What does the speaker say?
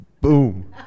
Boom